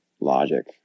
logic